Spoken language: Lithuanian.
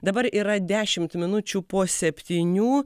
dabar yra dešimt minučių po septynių